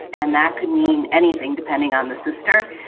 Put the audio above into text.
and that could mean anything depending on the sister.